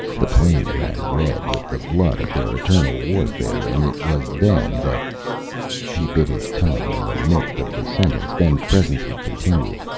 the plain ran red with the blood of their eternal warfare, and it was then that he bit his tongue in the midst of the sentence, then presently continued,